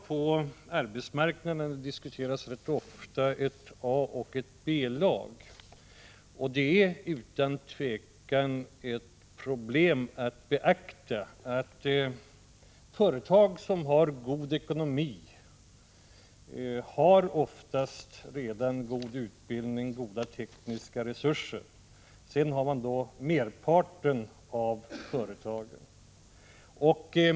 På arbetsmarknaden diskuteras rätt ofta om A och B-lag. Och det är utan tvivel ett problem att beakta. Företag som har god ekonomi har oftast redan personal med god utbildning, och goda tekniska resurser. Men sedan har vi merparten av företag som inte har det.